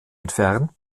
entfernt